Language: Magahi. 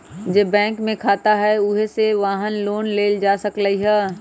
जे बैंक में खाता हए उहे बैंक से वाहन लोन लेल जा सकलई ह